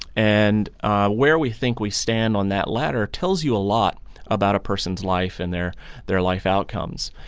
and where we think we stand on that ladder tells you a lot about a person's life and their their life outcomes.